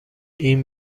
این